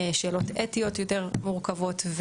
שאלות אתיות יותר מורכבות.